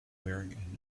wearing